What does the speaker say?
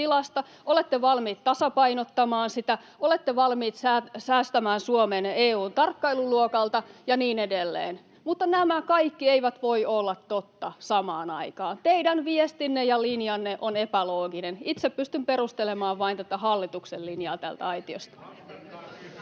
olette valmiit tasapainottamaan sitä, olette valmiit säästämään Suomen EU:n tarkkailuluokalta ja niin edelleen, mutta nämä kaikki eivät voi olla totta samaan aikaan. Teidän viestinne ja linjanne on epälooginen. Itse pystyn perustelemaan vain tätä hallituksen linjaa täältä aitiosta.